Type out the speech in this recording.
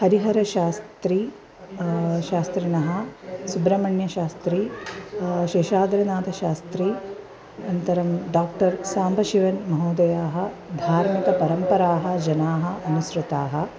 हरिहरशास्त्री शास्त्रिणः सुब्रह्मण्यशास्त्री शेशाद्रनाथशास्त्री अनन्तरं डाक्टर् साम्बशिवन् महोदयाः धार्मिकपरम्पराः जनाः अनुसृताः